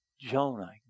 Jonah